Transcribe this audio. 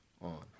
on